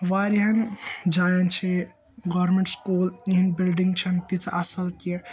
وارِیاہَن جایَن چھِ یہِ گورمیٚنٹ سکول یہنٛد بِلڈِنگ چھِنہٕ تیٖژہ اَصٕل کیٚنٛہہ